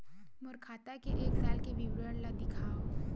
मोर खाता के एक साल के विवरण ल दिखाव?